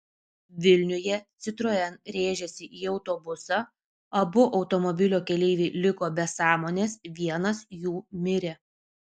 vilniuje citroen rėžėsi į autobusą abu automobilio keleiviai liko be sąmonės vienas jų mirė